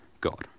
God